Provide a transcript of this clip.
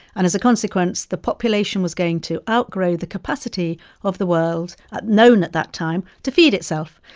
and as a consequence, the population was going to outgrow the capacity of the world known at that time to feed itself.